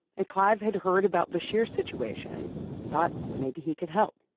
and clive had heard about bashir's situation and thought maybe he could help.